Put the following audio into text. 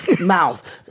mouth